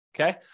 okay